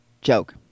joke